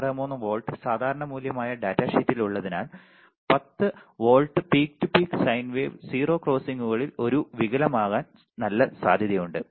63 volt സാധാരണ മൂല്യമായ ഡാറ്റാഷീറ്റിൽ ഉള്ളതിനാൽ 10 volt peak to peak sine wave 0 ക്രോസിംഗുകളിൽ ഒരു വികലമാകാൻ നല്ല സാധ്യതയുണ്ട്